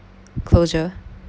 closure